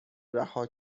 رها